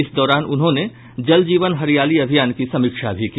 इस दौरान उन्होंने जल जीवन हरियाली अभियान की समीक्षा भी की